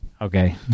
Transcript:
Okay